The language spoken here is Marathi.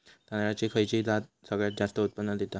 तांदळाची खयची जात सगळयात जास्त उत्पन्न दिता?